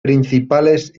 principales